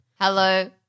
Hello